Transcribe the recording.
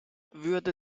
würde